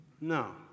No